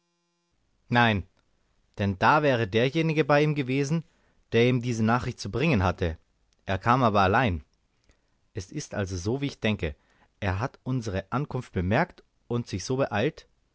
nein denn da wäre derjenige bei ihm gewesen der ihm diese nachricht zu bringen hatte er kam aber allein es ist also so wie ich denke er hat unsere ankunft bemerkt und sich so beeilt